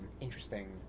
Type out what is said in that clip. interesting